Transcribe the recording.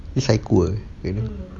ni psycho err dia